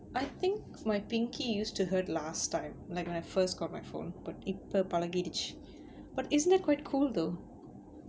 I think my pinky used to hurt last time like when I first got my phone but இப்ப பழகிருச்சு:ippa palagiruchu but isn't it quite cool though